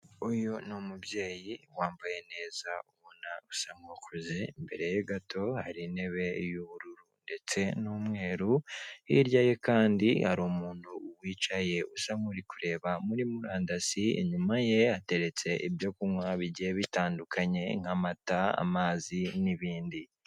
Uyu ni umubyeyi wambaye neza, ubona usa nk'ukuze, imbere ye gato hari intebe y'ubururu ndetse n'umweru, hirya ye kandi hari umuntu wicaye usa nk'uri kureba muri murandasi, inyuma ye hateretse ibyo kunywa bigiye bitandukanye nk'amata, amazi n'ibindi.